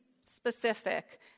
specific